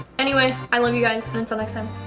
anyway. i love you guys and until next time